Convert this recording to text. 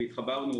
והתחברנו.